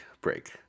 break